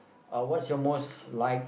uh what's your most like